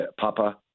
Papa